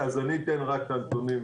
אז אתן רק את הנתונים.